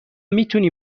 میتونی